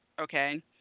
okay